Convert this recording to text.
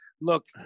Look